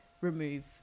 remove